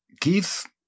Keith